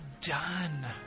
done